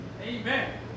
Amen